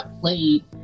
played